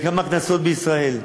בכמה כנסות בישראל.